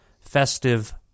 festive